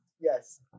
yes